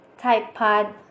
Typepad